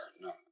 No